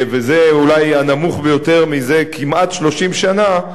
וזה אולי הנמוך ביותר מזה כמעט 30 שנה,